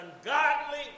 ungodly